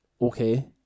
okay